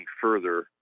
further